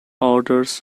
orders